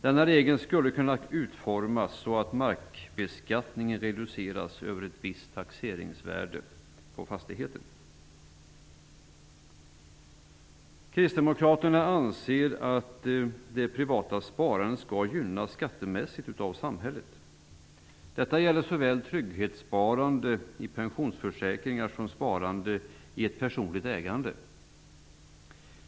Denna regel skulle kunna utformas så att markbeskattningen reduceras över ett visst taxeringsvärde på fastigheten. Kristdemokraterna anser att det privata sparandet skall gynnas skattemässigt av samhället. Detta gäller såväl trygghetssparande i pensionsförsäkringar som sparande i ett personligt ägande.